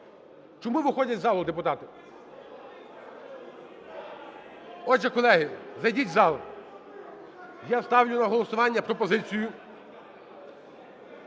Чому виходять із залу депутати? Отже, колеги, зайдіть в зал. Я ставлю на голосування пропозицію